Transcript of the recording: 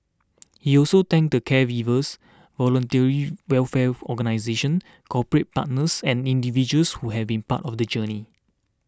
he also thanked the caregivers voluntary welfare organisations corporate partners and individuals who have been part of the journey